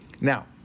now